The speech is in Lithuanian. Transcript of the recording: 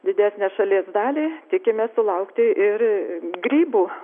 didesnę šalies dalį tikimės sulaukti ir grybų